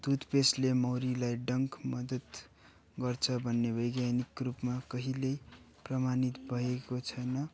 तुथपेस्टले मौरीलाई डङ्क मद्दत गर्छ भन्ने वैज्ञानिक रूपमा कहिले प्रमाणित भएको छैन